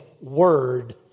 word